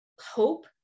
hope